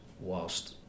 whilst